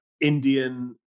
Indian